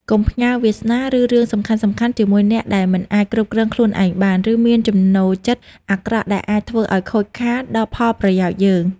កុំផ្ញើវាសនា ឬរឿងសំខាន់ៗជាមួយអ្នកដែលមិនអាចគ្រប់គ្រងខ្លួនឯងបាន ឬមានចំណូលចិត្តអាក្រក់ដែលអាចធ្វើឱ្យខូចខាតដល់ផលប្រយោជន៍យើង។